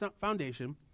foundation